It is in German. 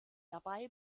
dabei